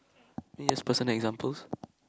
this is personal examples